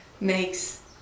makes